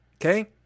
Okay